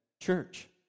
church